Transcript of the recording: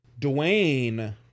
Dwayne